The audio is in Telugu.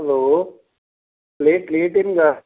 హలో లేట్ లేట్ ఏమి కాదు